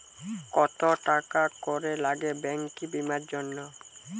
কত টাকা করে লাগে ব্যাঙ্কিং বিমার জন্য?